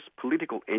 political